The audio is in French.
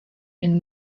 une